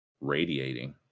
radiating